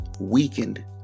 weakened